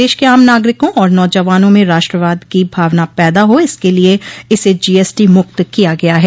देश के आम नागरिकों और नौजवानों में राष्ट्रवाद की भावना पैदा हो इसके लिये इसे जीएसटी मुक्त किया गया है